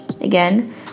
again